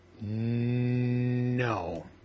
no